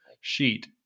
sheet